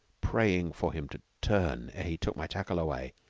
praying for him to turn ere he took my tackle away.